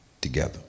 together